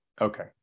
Okay